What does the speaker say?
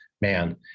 man